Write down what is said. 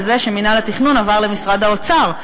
וזה שמינהל התכנון עבר למשרד האוצר,